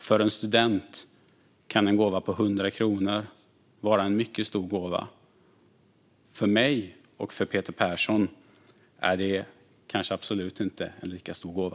För en student kan en gåva på 100 kronor vara mycket stor. För mig och för Peter Persson är det kanske inte alls en lika stor gåva.